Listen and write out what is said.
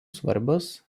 svarbios